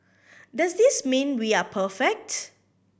does this mean we are perfect